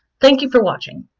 thank you for watching!